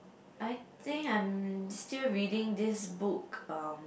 I think I'm still reading this book um